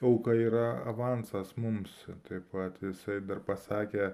auka yra avansas mums taip pat jisai dar pasakė